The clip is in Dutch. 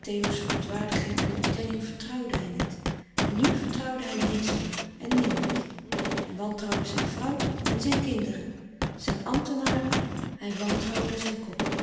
theo's verontwaardiging en ontkenning vertrouwde hij niet en nu vertrouwde hij niets meer en niemand hij wantrouwde zijn vrouw en zijn kinderen zijn ambtenaren hij wantrouwde zijn kok